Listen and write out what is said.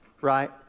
Right